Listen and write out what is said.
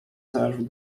served